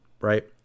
right